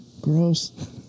Gross